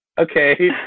okay